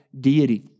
deity